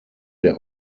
der